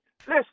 Listen